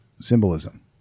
symbolism